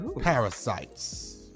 Parasites